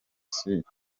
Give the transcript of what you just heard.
suit